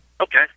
Okay